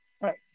Right